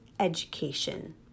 Education